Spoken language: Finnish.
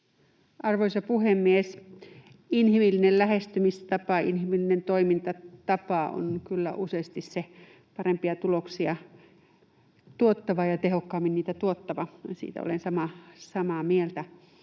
Arvoisa puhemies! Inhimillinen lähestymistapa, inhimillinen toimintatapa, on kyllä useasti parempia tuloksia tuottava ja tehokkaammin niitä tuottava. Siitä olen samaa mieltä.